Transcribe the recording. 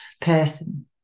person